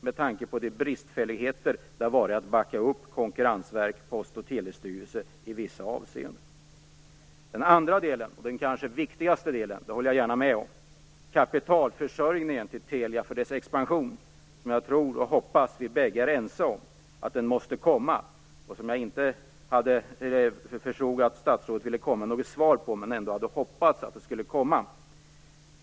Det har ju funnits bristfälligheter när det gäller att backa upp Den andra och kanske viktigaste delen, det håller jag gärna med om, är kapitalförsörjningen till Telia för dess expansion. Jag tror och hoppas att vi båda är ense om att denna måste komma. Jag förstod att statsrådet inte vill komma med något svar när det gäller detta, men jag hade ändå hoppats på ett sådant.